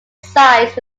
size